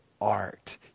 art